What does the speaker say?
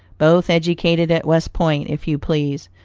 both educated at west point, if you please,